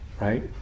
right